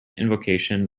invocation